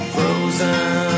Frozen